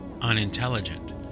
unintelligent